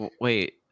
wait